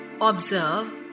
Observe